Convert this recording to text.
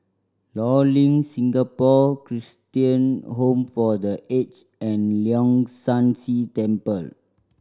Law Link Singapore Christian Home for The Aged and Leong San See Temple